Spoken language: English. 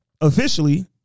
Officially